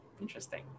interesting